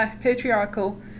patriarchal